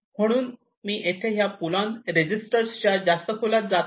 म्हणून मी येथे ह्या पुल ऑन रजिस्टरसच्या जास्त खोलात जात नाही